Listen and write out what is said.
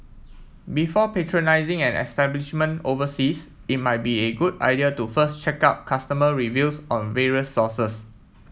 before patronising an establishment overseas it might be a good idea to first check out customer reviews on various sources